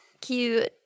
cute